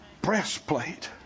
breastplate